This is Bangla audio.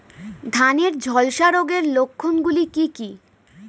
ধানের ঝলসা রোগের লক্ষণগুলি কি কি?